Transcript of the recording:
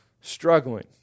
struggling